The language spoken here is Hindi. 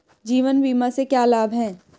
जीवन बीमा से क्या लाभ हैं?